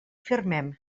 firmem